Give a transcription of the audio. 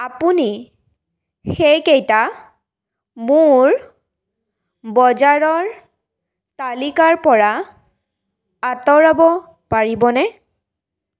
আপুনি সেইকেইটা মোৰ বজাৰৰ তালিকাৰপৰা আঁতৰাব পাৰিবনে